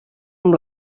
amb